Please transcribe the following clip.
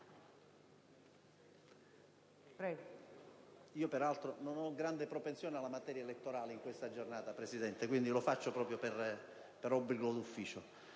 Io peraltro non ho grande propensione per la materia elettorale in questa giornata, signora Presidente, quindi lo faccio proprio per obbligo d'ufficio.